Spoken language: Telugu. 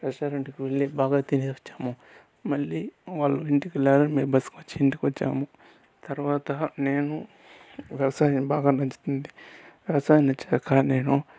రెస్టారెంట్కి వెళ్లి బాగా తినేసి వచ్చాము మళ్ళీ వాళ్ళు ఇంటికెళ్లారు మేము బస్సుకి వచ్చి ఇంటికి వచ్చాము తర్వాత నేను వ్యవసాయ విభాగం నుంచి వ్యవసాయం నుంచి వచ్చాక నేను